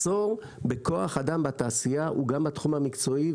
המחסור בכוח אדם בתעשייה הוא גם מהתחום המקצועי,